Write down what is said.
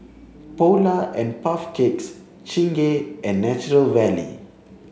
Polar and Puff Cakes Chingay and Nature Valley